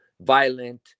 violent